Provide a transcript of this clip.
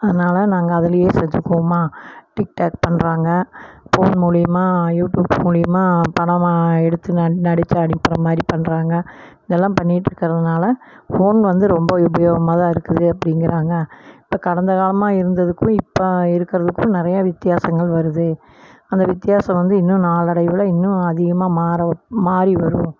அதனால் நாங்கள் அதிலயே செஞ்சிக்குவோம்மா டிக்டாக் பண்ணுறாங்க ஃபோன் மூலயமா யூடியூப் மூலயமா படமாக எடுத்து ந நடித்து அனுப்புகிற மாதிரி பண்ணுறாங்க இதெல்லாம் பண்ணிட்டு இருக்கிறதுனால ஃபோன் வந்து ரொம்ப உபயோகமாக தான் இருக்குது அப்படிங்கிறாங்க இப்போ கடந்த காலமாக இருந்ததுக்கும் இப்போ இருக்கிறதுக்கும் நிறையா வித்தியாசங்கள் வருது அந்த வித்தியாசம் வந்து இன்னும் நாளடைவில் இன்னும் அதிகமாக மாற மாறி வரும்